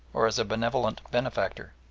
or as a benevolent benefactor.